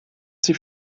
sie